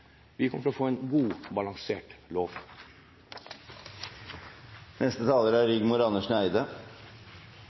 Vi kommer til å få en god og balansert lov. Det å oppleve naturen gjennom friluftsliv må jeg si er